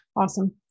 Awesome